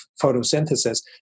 photosynthesis